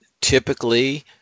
typically